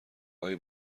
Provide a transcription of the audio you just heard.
آقای